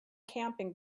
camping